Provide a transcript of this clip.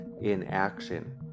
inaction